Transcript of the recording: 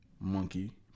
monkey